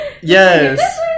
Yes